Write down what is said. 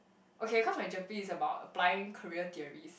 okay cause my GERPE is about applying career theories